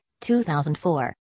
2004